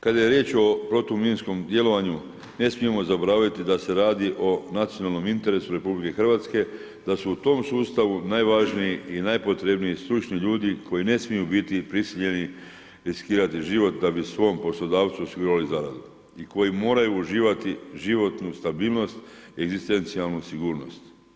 Kada je riječ o protuminskom djelovanju, ne smijemo zaboraviti da se radi o nacionalnom interesu RH, da su u tom sustavu najvažniji i najpotrebniji stručni ljudi koji ne smiju biti prisiljeni riskirati život da bi svom poslodavcu osigurali zaradu i koji moraju uživati životnu stabilnost, egzistencijalnu sigurnost.